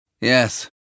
Yes